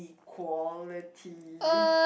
quality